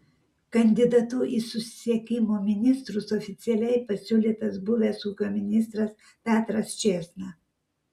kandidatu į susisiekimo ministrus oficialiai pasiūlytas buvęs ūkio ministras petras čėsna